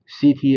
CT